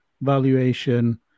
valuation